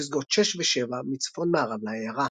ופסגות 6 ו-7 מצפון-מערב לעיירה.